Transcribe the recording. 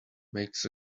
makes